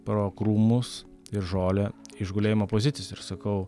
pro krūmus ir žolę iš gulėjimo pozicijos ir sakau